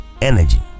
energy